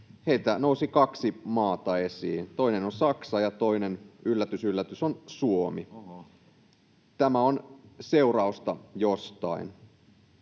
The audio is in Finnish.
heiltä nousi kaksi maata esiin. Toinen on Saksa, ja toinen — yllätys yllätys — on Suomi. Tämä on seurausta jostain.